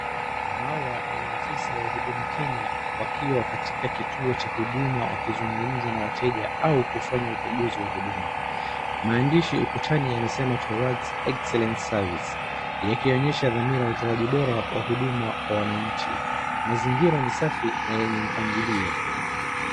Hawa ni maafisa wa huduma Kenya wakiwa katika kituo cha huduma wakizungumza na wateja au kufanya ukaguzi wa huduma, maandishi ukutani yanasema towards excellence service yakionyesha dhamira wa utowaji bora wa huduma kwa wananchi. Mazingira ni safi na yenye mpangilio.